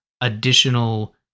additional